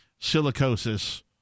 silicosis